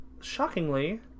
Shockingly